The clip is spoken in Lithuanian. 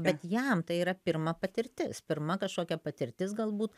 bet jam tai yra pirma patirtis pirma kažkokia patirtis galbūt